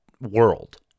world